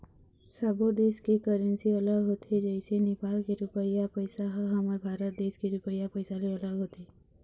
सब्बो देस के करेंसी अलग होथे जइसे नेपाल के रुपइया पइसा ह हमर भारत देश के रुपिया पइसा ले अलग होथे